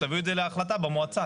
תביאו את זה להחלטה במועצה,